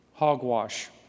hogwash